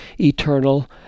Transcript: eternal